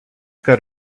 got